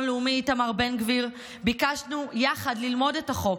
לאומי איתמר בן גביר ביקשנו יחד ללמוד את החוק,